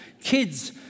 kids